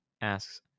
asks